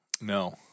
No